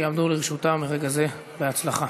שיעמדו לרשותה מרגע זה, בהצלחה.